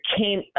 came